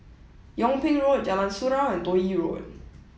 Yung Ping Road Jalan Surau and Toh Yi Road